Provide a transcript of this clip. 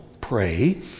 pray